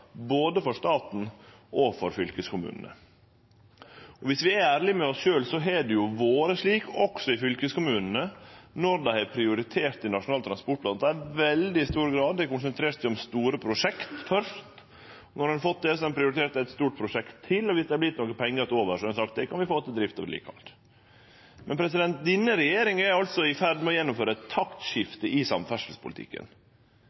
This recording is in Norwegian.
både for staten og for fylkeskommunane. Viss vi er ærlege med oss sjølve, har det jo vore slik også i fylkeskommunane at når dei har prioritert i Nasjonal transportplan, har dei i veldig stor grad konsentrert seg om store prosjekt først, og når ein har fått det, har ein prioritert eit stort prosjekt til, og viss det har vorte nokre pengar til overs, har ein sagt ein kan få det til drift og vedlikehald. Denne regjeringa er altså i ferd med å gjennomføre eit